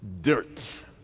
Dirt